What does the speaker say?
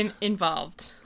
Involved